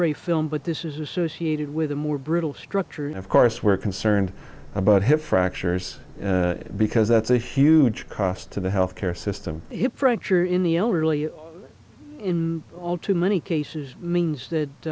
ray film but this is associated with a more brittle structure and of course we're concerned about hip fractures because that's a huge cost to the health care system hip fracture in the elderly in all too many cases means that